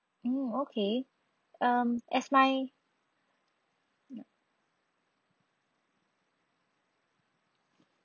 mm okay um as my